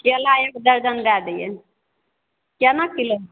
केला एक दर्जन दै दियै केना किलो